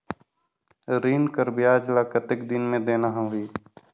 ऋण कर ब्याज ला कतेक दिन मे देना होही?